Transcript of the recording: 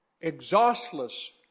exhaustless